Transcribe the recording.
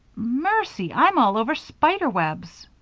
mercy, i'm all over spider webs.